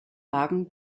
lagen